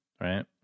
Right